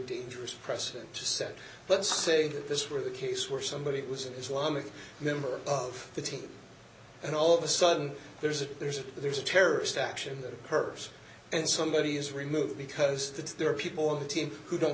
dangerous precedent to set let's say this were the case where somebody was an islamic member of the team and all of a sudden there's a there's a there's a terrorist action purpose and somebody is removed because there are people on the team who don't